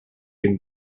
ken